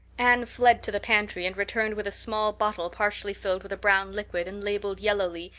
anne fled to the pantry and returned with a small bottle partially filled with a brown liquid and labeled yellowly,